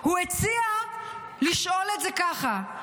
הוא הציע לשאול את זה ככה: